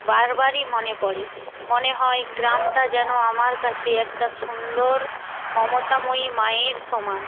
বারবারই মনে পড়ে মনে হয় গ্রামটা যেন আমার কাছে একটা সুন্দর মমতাময়ী মায়ের সমান